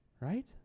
right